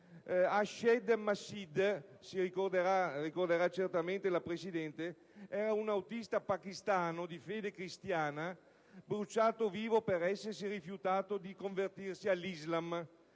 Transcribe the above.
Arshed Masih, come ricorderà certamente la Presidente, era un autista pakistano di fede cristiana bruciato vivo per essersi rifiutato di convertirsi all'Islam.